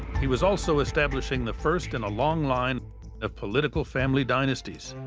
he was also establishing the first in a long line of political family dynasties.